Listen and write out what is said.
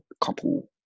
couple